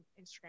instagram